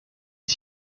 est